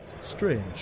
strange